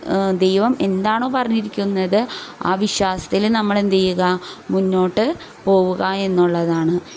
ദൈവം എന്താണോ പറഞ്ഞിരിക്കുന്നത് ആ വിശ്വാസത്തിൽ നമ്മളെന്തുചെയ്യുക മുന്നോട്ട് പോവുക എന്നുള്ളതാണ്